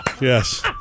yes